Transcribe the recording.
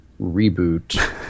reboot